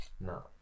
No